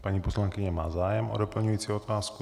Paní poslankyně má zájem o doplňující otázku.